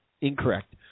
Incorrect